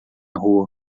rua